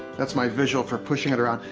that's my visual for pushing it around.